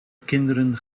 kinderen